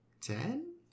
Ten